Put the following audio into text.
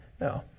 No